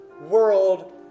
world